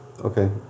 Okay